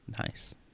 Nice